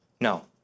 No